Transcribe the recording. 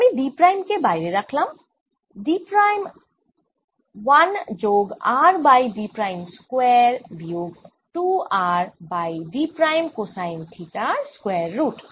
আমি d prime কে বাইরে রাখলাম d প্রাইম 1 যোগ r by d prime square বিয়োগ 2 r by d prime cosine থিটার স্কয়ার রুট